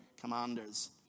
commanders